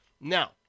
Now